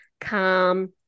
calm